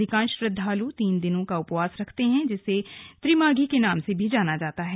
अधिकांश श्रद्वालू तीन दिनों का उपवास रखते हैं जिसे त्रिमाधी के नाम से जाना जाता है